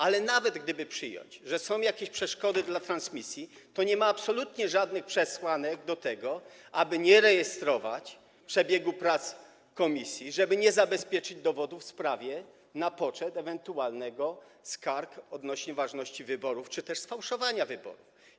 Ale nawet gdyby przyjąć, że są jakieś przeszkody dla transmisji, to nie ma absolutnie żadnych przesłanek do tego, aby nie rejestrować przebiegu prac komisji, żeby nie zabezpieczyć dowodów w sprawie na poczet ewentualnie skarg odnośnie do ważności wyborów czy też sfałszowania wyborów.